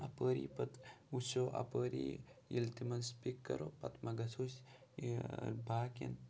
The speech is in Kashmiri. اَپٲری پَتہٕ وٕچھو اَپٲری ییٚلہِ تِم أسۍ پِک کَرو پَتہٕ مہ گَژھو أسۍ یہِ باقٕیَن